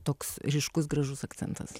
toks ryškus gražus akcentas